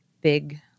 big